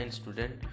student